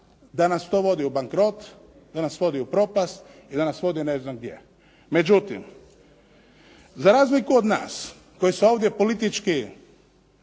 da nas to vodi u bankrot, da nas vodi u propast i da nas vodi ne znam gdje. Međutim, za razliku od nas koji se ovdje politički